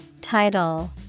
Title